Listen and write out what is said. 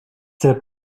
der